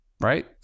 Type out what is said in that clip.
Right